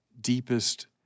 deepest